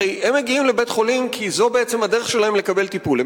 הרי הם מגיעים לבית-חולים כי זו בעצם הדרך שלהם לקבל טיפול.